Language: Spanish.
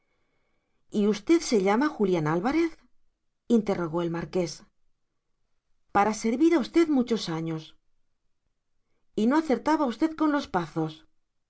y usted se llama julián álvarez interrogó el marqués para servir a usted muchos años y no acertaba usted con los pazos